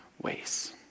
ways